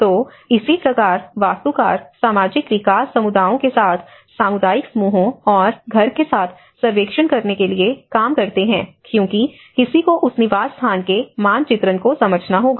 तो इसी प्रकार वास्तुकार सामाजिक विकास समुदाओं के साथ सामुदायिक समूहों और घर के साथ सर्वेक्षण करने के लिए काम करते हैं क्योंकि किसी को उस निवास स्थान के मानचित्रण को समझना होगा